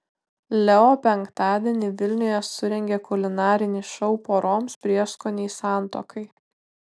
leo penktadienį vilniuje surengė kulinarinį šou poroms prieskoniai santuokai